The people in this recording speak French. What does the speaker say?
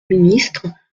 ministre